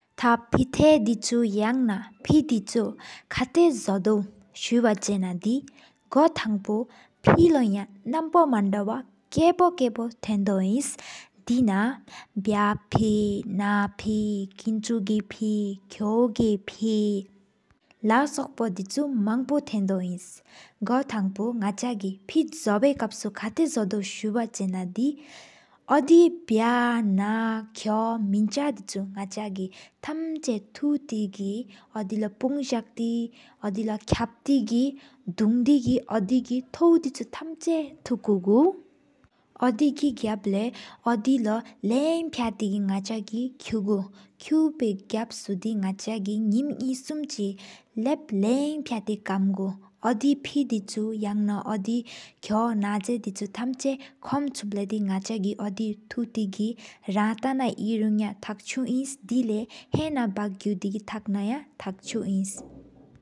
ཐག སྤེད་ཐེའུ དིག་ཆུ ཡ ན སྤེད་དིག་ཆུ ཁ་ཐ ཟོ་ཟད། སུབ་བ ཆེ ན དི གོ ཐང་པོ སྤེད་ལོ ཡང་ནམས་པོ། མན་ད ཝོ བ་སྐྱོ་ བ་སྐྱོ་ཐེན་དོ ཨིན། དེ ན པྱ སྤེད་ ནམས་སྤེད་ཀི་མིན་བྱེ་གི་སྤེད། ཁོའི་རིག་སྤེད་ ལ་སོགས་པོ དིག་ཆུ མང་པོ ཐེན་དོ ཨིན། གོ ཐང་པོ ནག་ཅག་གི་སྤེད་ འཛོལ་བའི་སྐབས། ཁ་ཐ་ ཟོ་ཟད་སུབ་བ ཆེ ན དི། ཨོ་དི་བལ་ན མི་ཅག་ཁོའི་དིག་ཆུ ཐམ་ཅ། ཐུག་ཏེ་གི་འོ་དེ ལོ ཕུན་གཟག་ ཏེ་འོ་དེ་ལོ། ཁ་ཕུད་ གི་དུང་འི་གི་འོ་དེ་གི་ཐོ་བུ དིག་ཆུ། ཐམ་ཅ་ཁམ་ ཀོ་གུ་འོ་དེ་གི་གབ་ལེ། འོ་དེ་ལོ ལམ་ཕྱ་ཏེ་གི་ནག་ཅག་གི་དཀུ་གུ། ཀུ་པའི་གབ་སོ་དེ་ནག་ཅག་གི་ཉིམ་ནས་གསུམ་གཅིག། ལབ་ལམ་ཕྱ་ཏེ་གི་ཀམ་གུ་སྤེད་དིག་ཆུ ཡ ན། ཨོ་དི་ན་ཟི་དེ་ཆུ་ཐམ་ཅ་སྐུབ་ལེ། ནག་ཅག་གི་འོ་དི་ཐུག་ཏེ་གི་རང་ཐག་ན་ཞིང་དུང་། ཐག་ཆུ ཨིན་ད་ལེ་དེ མེ་སོ་གུ། ཏག་ན ཏག་ཆུ ཨིན།